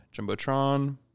jumbotron